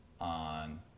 on